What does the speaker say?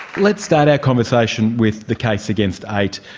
let's start our conversation with the case against eight.